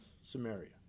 Samaria